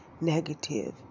negative